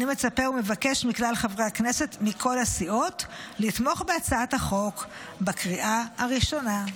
מכלל חברי הכנסת מכל הסיעות לתמוך בהצעת החוק בקריאה הראשונה.